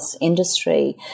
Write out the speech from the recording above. industry